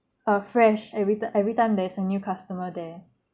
err fresh every ti~ every time there's a new customer there